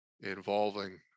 involving